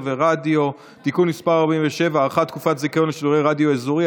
ורדיו (תיקון מס' 47) (הארכת תקופות הזיכיון לשידורי רדיו אזורי),